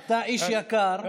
אתה איש יקר,